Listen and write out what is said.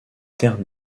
terre